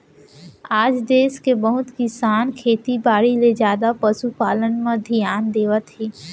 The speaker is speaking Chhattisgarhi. आज देस के बहुत किसान खेती बाड़ी ले जादा पसु पालन म धियान देवत हें